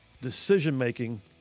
decision-making